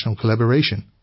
collaboration